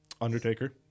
Undertaker